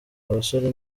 abasore